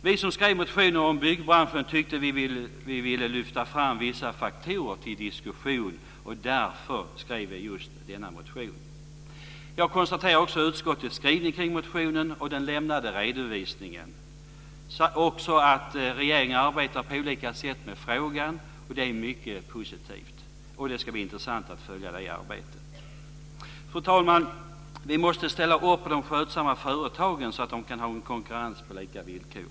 Vi som skrev motioner om byggbranschen tyckte att vi ville lyfta fram vissa faktorer till diskussion och därför skrev vi just denna motion. Jag noterar också utskottets skrivning och den lämnade redovisningen om motionen samt att regeringen arbetar på olika sätt med frågan. Det är mycket positivt, och det ska bli intressant att följa det arbetet. Fru talman! Vi måste ställa upp på de skötsamma företagen, så att kan få konkurrens på lika villkor.